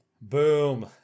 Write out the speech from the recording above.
Boom